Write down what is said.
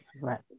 Right